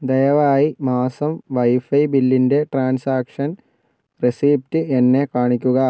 ദയവായി മാസം വൈഫൈ ബില്ലിൻറെ ട്രാൻസാക്ഷൻ റെസീപ്റ്റ് എന്നെ കാണിക്കുക